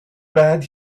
that